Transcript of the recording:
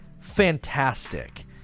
fantastic